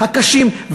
הקשים,